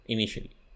Initially